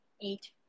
eight